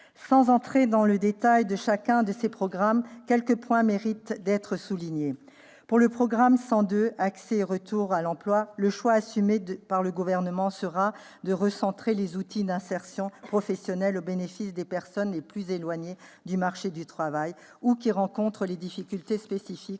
Sans entrer dans le détail de chacun de ces programmes, quelques points méritent d'être soulignés. S'agissant du programme 102 « Accès et retour à l'emploi », le choix assumé par le Gouvernement sera de recentrer les outils d'insertion professionnelle au bénéfice des personnes les plus éloignées du marché du travail ou qui rencontrent des difficultés spécifiques,